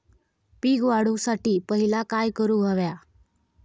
पीक वाढवुसाठी पहिला काय करूक हव्या?